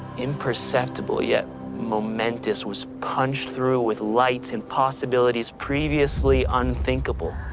imperceptible yet momentous was punched through with lights and possibilities previously unthinkable.